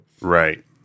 Right